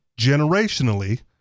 generationally